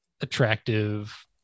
attractive